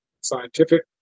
scientific